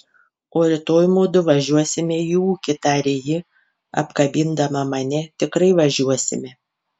o rytoj mudu važiuosime į ūkį tarė ji apkabindama mane tikrai važiuosime